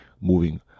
moving